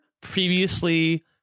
previously